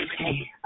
Okay